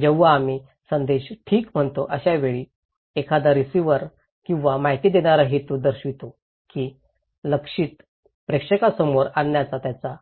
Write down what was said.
जेव्हा आम्ही संदेश ठीक म्हणतो अशा वेळी एखादा रिसिव्हर किंवा माहिती देणारा हेतू दर्शवितो की लक्षित प्रेक्षकांसमोर आणण्याचा त्यांचा